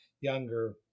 younger